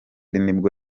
nibwo